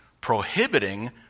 prohibiting